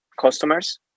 customers